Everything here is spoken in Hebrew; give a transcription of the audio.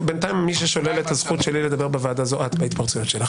בינתיים מי ששולל את הזכות שלי לדבר בוועדה זו את בהתפרצויות שלך,